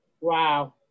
Wow